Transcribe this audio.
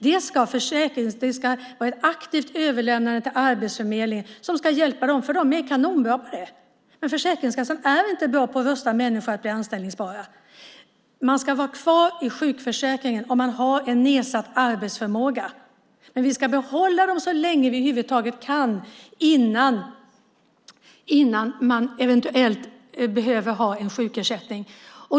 Det ska ske ett aktivt överlämnande till Arbetsförmedlingen, som ska hjälpa människorna, för Arbetsförmedlingen är kanonbra på det! Men Försäkringskassan är inte bra på att rusta människor till att bli anställningsbara. Människor ska vara kvar i sjukförsäkringen om de har en nedsatt arbetsförmåga, men vi ska behålla dem så länge vi över huvud taget kan innan de eventuellt behöver ha en sjukersättning.